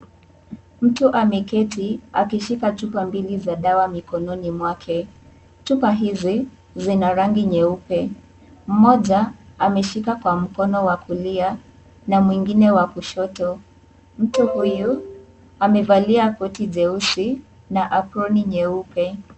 Mtu ameketi, akishika chupa mbili za dawa mikononi mwake. Chupa hizi, zina rangi nyeupe. Moja, ameshika kwa mkono wa kulia na mwingine wa kushoto. Mtu huyu, amevalia koti jeusi na aproni nyeupe.